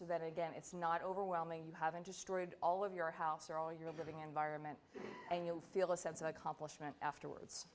that again it's not overwhelming you haven't destroyed all of your house or all your living environment and you'll feel a sense of accomplishment afterwards